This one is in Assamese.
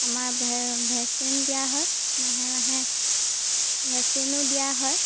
আমাৰ ভেকচিন দিয়া হয় মাহে মাহে ভেকচিনো দিয়া হয়